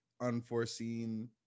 unforeseen